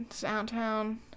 downtown